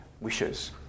wishes